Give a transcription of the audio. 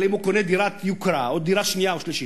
אם הוא קונה דירת יוקרה או דירה שנייה ושלישית,